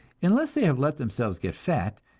unless they have let themselves get fat,